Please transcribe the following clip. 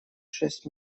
шесть